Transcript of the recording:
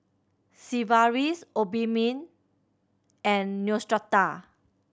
Sigvaris Obimin and Neostrata